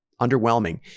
underwhelming